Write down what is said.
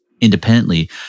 independently